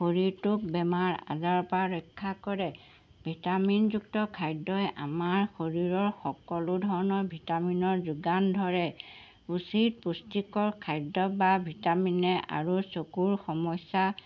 শৰীৰটোক বেমাৰ আজাৰৰপৰা ৰক্ষা কৰে ভিটামিনযুক্ত খাদ্যই আমাৰ শৰীৰৰ সকলো ধৰণৰ ভিটামিনৰ যোগান ধৰে উচিত পুষ্টিকৰ খাদ্য বা ভিটামিনে আৰু চকুৰ সমস্যা